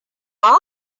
are